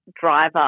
driver